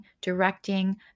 directing